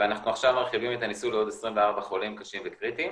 ואנחנו עכשיו מרחיבים את הניסוי לעוד 24 חולים קשים וקריטיים